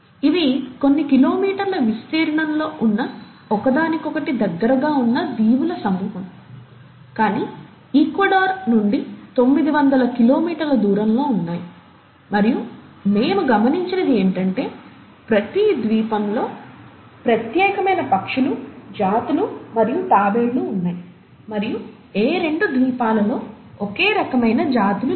ఇవి కొన్ని కిలోమీటర్ల విస్తీర్ణంలో ఉన్న ఒకదానికొకటి దగ్గరగా ఉన్న దీవుల సమూహం కానీ ఈక్వెడార్ నుండి తొమ్మిది వందల కిలోమీటర్ల దూరంలో ఉన్నాయి మరియు మేము గమనించినది ఏమిటంటే ప్రతి ద్వీపంలో ప్రత్యేకమైన పక్షులు జాతులు మరియు తాబేళ్లు ఉన్నాయి మరియు ఏ రెండు ద్వీపాలలో ఒకే రకమైన జాతులు లేవు